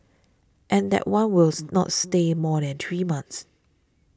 and that one will not stay more than three months